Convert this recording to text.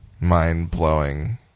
mind-blowing